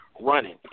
running